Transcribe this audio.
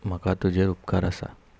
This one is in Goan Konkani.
म्हाका तुजेर उपकार आसा